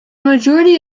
majority